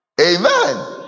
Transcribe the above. amen